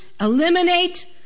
eliminate